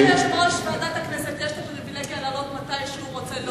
נכון שליושב-ראש ועדת הכנסת יש פריווילגיה לעלות ולהודיע מתי שהוא רוצה,